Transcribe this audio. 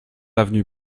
avenue